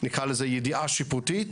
נקרא לזה כידיעה שיפוטית,